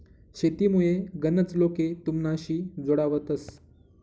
शेतीमुये गनच लोके तुमनाशी जोडावतंस